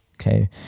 okay